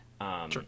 Sure